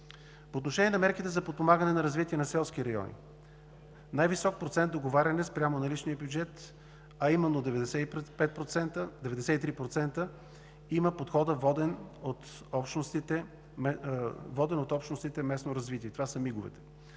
По отношение на мерките за подпомагане на развитието на селските райони. Най-висок процент договаряне спрямо наличния бюджет, а именно 93% има подходът, воден от общностите местно развитие – това са местните